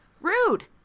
rude